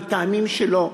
מטעמים שלו,